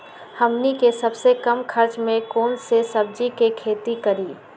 हमनी के सबसे कम खर्च में कौन से सब्जी के खेती करी?